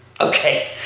Okay